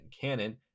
canon